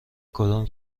کدام